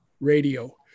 radio